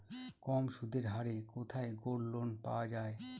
কম সুদের হারে কোথায় গোল্ডলোন পাওয়া য়ায়?